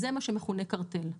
זה מה שמכונה קרטל.